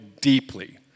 deeply